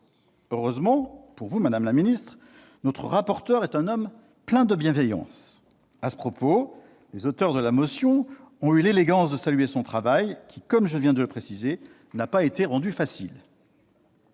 Heureusement pour vous, madame la ministre, notre rapporteur est un homme plein de bienveillance. Les auteurs de la motion ont d'ailleurs eu l'élégance de saluer son travail, qui, comme je viens de le préciser, n'a pas été rendu facile.